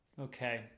Okay